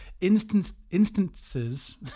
instances